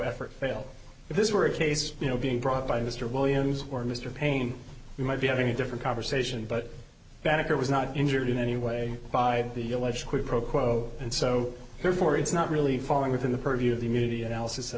effort fail if this were a case you know being brought by mr williams or mr paine you might be having a different conversation but banneker was not injured in any way by the alleged quid pro quo and so therefore it's not really falling within the purview of the media analysis at